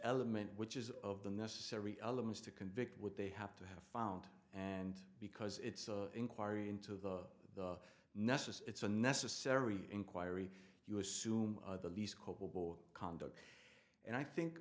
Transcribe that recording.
element which is of the necessary elements to convict what they have to have found and because it's an inquiry into the the nessus it's a necessary inquiry you assume the least culpable conduct and i think